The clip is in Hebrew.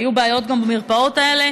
היו בעיות גם במרפאות האלה,